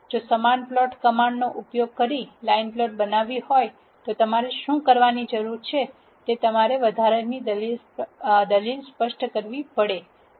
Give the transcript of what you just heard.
જો સમાન પ્લોટ કમાન્ડનો ઉપયોગ કરી લાઇન પ્લોટ બનાવવી હોય તો તમારે શું કરવાની જરૂર છે કે તમારે વધારાની દલીલ સ્પષ્ટ કરવી પડે જે 1 છે